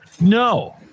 No